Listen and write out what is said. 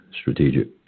strategic